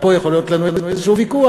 ופה יכול להיות לנו איזשהו ויכוח,